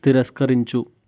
తిరస్కరించు